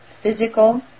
physical